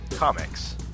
Comics